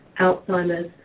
Alzheimer's